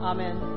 Amen